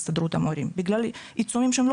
הסתדרות המורים בגלל עיצומים שהם לא